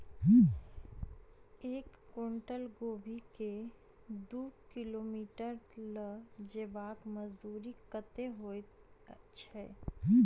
एक कुनटल कोबी केँ दु किलोमीटर लऽ जेबाक मजदूरी कत्ते होइ छै?